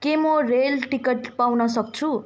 के म rail ticket पाउन सक्छु